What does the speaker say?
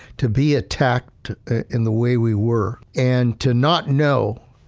to be attacked in the way we were. and to not know,